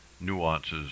nuances